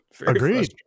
Agreed